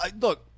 look